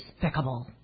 Despicable